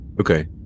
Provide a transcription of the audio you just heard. okay